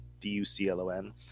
D-U-C-L-O-N